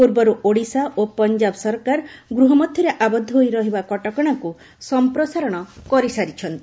ପୂର୍ବରୁ ଓଡ଼ିଶା ଓ ପଞ୍ଜାବ ସରକାର ଗୃହ ମଧ୍ୟରେ ଆବଦ୍ଧ ହୋଇ ରହିବା କଟକଣାକ୍ତ ସମ୍ପ୍ରସାରଣ କରିସାରିଛନ୍ତି